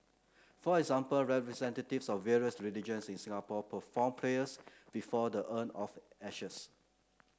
for example representatives of various religions in Singapore performed prayers before the urn of ashes